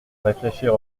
réfléchir